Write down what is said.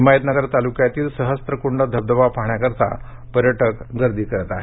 हिमायतनगर तालुक्यातील सहस्त्रकुंड धबधबा पाहण्यासाठी पर्यटक गर्दी करत आहेत